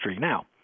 Now